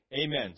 Amen